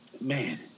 man